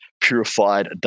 Purified